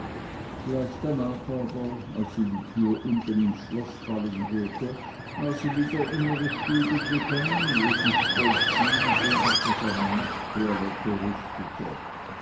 gleich danach aber als sie die tür unten ins schloß fallen hörte war sie wieder in ihre stube gegangen wo sich polzin eben zu seiner nachttoilette rüstete